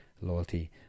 loyalty